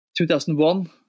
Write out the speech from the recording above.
2001